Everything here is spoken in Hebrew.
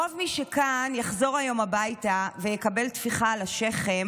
רוב מי שכאן יחזור היום הביתה ויקבל טפיחה על השכם